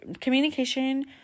communication